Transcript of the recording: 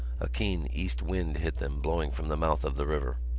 a keen east wind hit them, blowing from the mouth of the river.